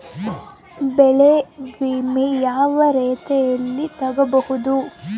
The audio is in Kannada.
ಬೆಳೆ ವಿಮೆ ಯಾವ ರೇತಿಯಲ್ಲಿ ತಗಬಹುದು?